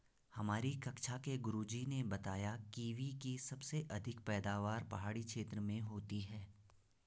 हमारी कक्षा के गुरुजी ने बताया कीवी की सबसे अधिक पैदावार पहाड़ी क्षेत्र में होती है